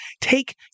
take